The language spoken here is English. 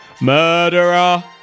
Murderer